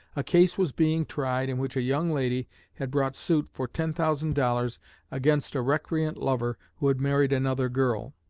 a case was being tried in which a young lady had brought suit for ten thousand dollars against a recreant lover who had married another girl.